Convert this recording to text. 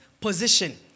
position